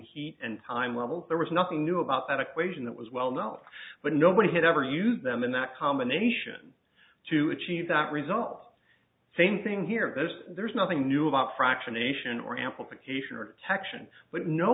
heat and time levels there was nothing new about that equation that was well not but nobody had ever used them in that combination to achieve that result same thing here there's there's nothing new about fractionation or amplification or texan but no